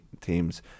teams